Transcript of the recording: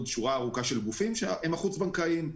שורה ארוכה של גופים שהם החוץ בנקאיים.